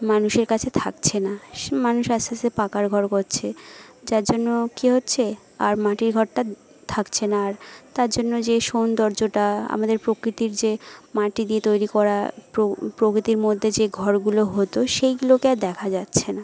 মানুষের কাছে থাকছে না সে মানুষ আস্তে আস্তে পাকা ঘর করছে যার জন্য কী হচ্ছে আর মাটির ঘরটা থাকছে না আর তার জন্য যেই সৌন্দর্যটা আমাদের প্রকৃতির যে মাটি দিয়ে তৈরি করা প্রকৃতির মধ্যে যেই ঘরগুলো হতো সেইগুলোকে আর দেখা যাচ্ছে না